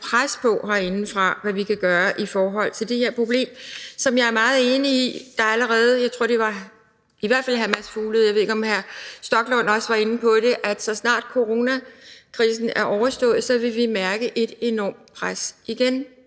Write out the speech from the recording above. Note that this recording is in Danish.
pres på herindefra, i forhold til hvad vi kan gøre ved det her problem. Jeg er meget enig i – jeg tror, det i hvert fald var hr. Mads Fuglede, og jeg ved ikke, om hr. Rasmus Stoklund også var inde på det – at så snart coronakrisen er overstået, vil vi mærke et enormt pres igen.